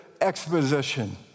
exposition